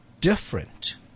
different